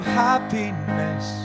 happiness